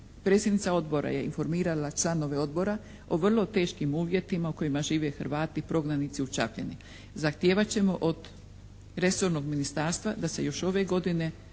Predsjednica odbora je informirala članove odbora o vrlo teškim uvjetima u kojima žive Hrvati, prognanici u Čapljini. Zahtijevat ćemo od resornog ministarstva da se još ove godine,